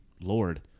Lord